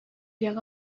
piak